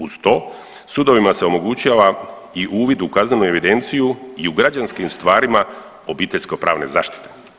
Uz to sudovima se omogućava i uvid u kaznenu evidenciju i u građanskim stvarima obiteljsko pravne zaštite.